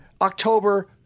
October